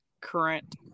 current